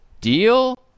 Deal